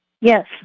Yes